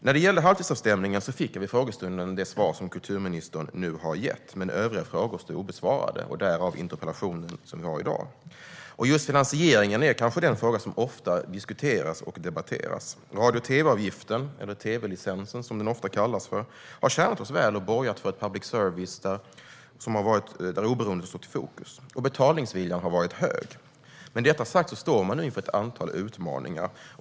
När det gällde halvtidsavstämningen fick jag vid frågestunden det svar som ministern nu har gett, medan övriga frågor stod obesvarade, därav den interpellation vi debatterar i dag. Just finansieringen är kanske den fråga som oftast debatteras och diskuteras. Radio och tv-avgiften, eller tv-licensen som den ofta kallas, har tjänat oss väl och också borgat för en public service där oberoendet har stått i fokus. Betalningsviljan har också varit hög. Med detta sagt står man dock nu inför ett antal utmaningar.